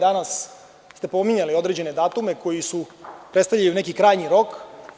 Danas ste pominjali određene datume koji predstavljaju neki krajnji rok.